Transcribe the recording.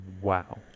Wow